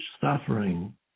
suffering